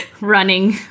running